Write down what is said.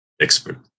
expert